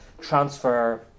transfer